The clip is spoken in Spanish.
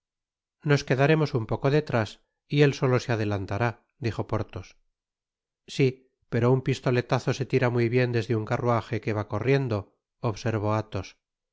nos quedaremos un poco detrás y él solo se adelantará dijo porthos si pero un pistoletazo se tira muy bien desde un carruaje que va corriendo observó athos bah